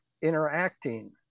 interacting